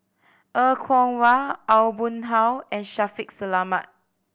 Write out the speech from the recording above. Er Kwong Wah Aw Boon Haw and Shaffiq Selamat